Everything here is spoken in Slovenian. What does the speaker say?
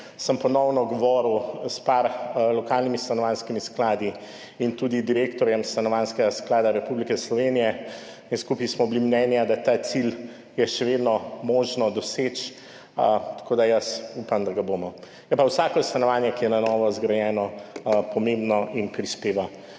sem ponovno govoril s par lokalnimi stanovanjskimi skladi in tudi direktorjem Stanovanjskega sklada Republike Slovenije in skupaj smo bili mnenja, da je ta cilj še vedno možno doseči, tako da jaz upam, da ga bomo. Je pa vsako stanovanje, ki je na novo zgrajeno, pomembno in prispeva